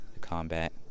combat